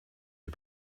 die